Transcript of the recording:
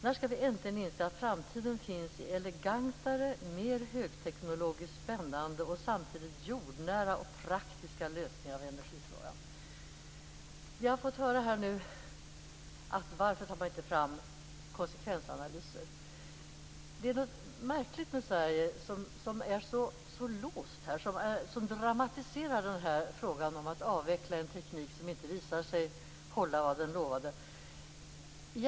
När skall vi äntligen inse att framtiden finns i elegantare mer högteknologiskt spännande och samtidigt jordnära och praktiska lösningar av energifrågan? Vi har fått höra frågan ställas varför man inte tagit fram konsekvensanalyser. Det är något märkligt med Sverige, som är så låst och som dramatiserar frågan om att avveckla en teknik som inte visar sig hålla vad som lovades.